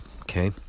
okay